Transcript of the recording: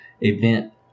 event